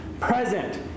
present